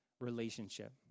relationship